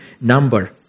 number